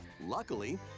Luckily